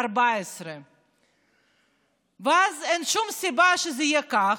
14. אין שום סיבה שזה יהיה כך,